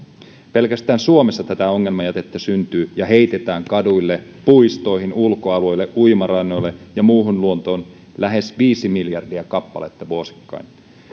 pelkästään suomessa tätä ongelmajätettä syntyy ja heitetään kaduille puistoihin ulkoalueille uimarannoille ja muuhun luontoon lähes viisi miljardia kappaletta vuosittain